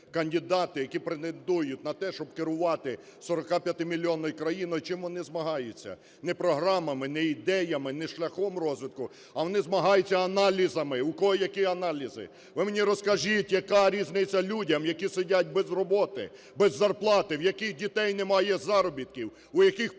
Кандидати, які претендують на те, щоб керувати 45-мільйонною країною, чим вони змагаються? Не програмами, не ідеями, не шляхом розвитку, а вони змагаються аналізами, у кого які аналізи. Ви мені розкажіть, яка різниця людям, які сидять без роботи, без зарплати, в яких в дітей немає заробітків, у яких пустий